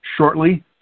shortly